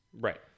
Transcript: right